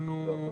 תודה.